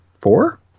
Four